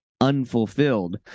unfulfilled